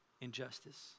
injustice